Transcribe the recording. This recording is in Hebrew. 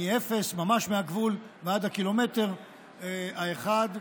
מאפס, ממש מהגבול, ועד הקילומטר האחד.